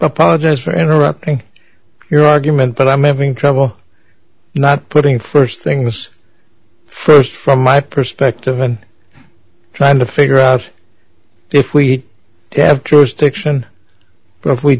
apologize for interrupting your argument but i'm having trouble not putting first things first from my perspective and trying to figure out if we